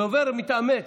הדובר מתאמץ.